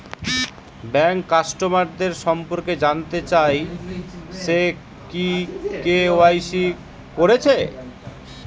bank কাস্টমারদের সম্পর্কে জানতে চাই সে কি কে.ওয়াই.সি কোরেছে